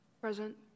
Present